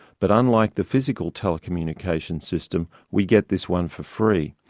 but unlike the physical telecommunications system, we get this one for free.